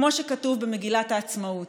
כמו שכתוב במגילת העצמאות.